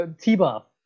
T-Buff